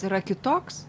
yra kitoks